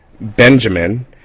Benjamin